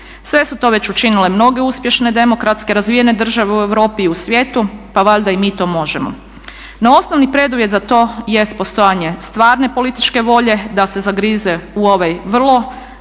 Sve su to već učinile mnoge uspješne demokratske razvijene države u Europi i u svijetu pa valjda i mi to možemo. No osnovni preduvjet za to jest postojanje stvarne političke volje da se zagrize u ovaj vrlo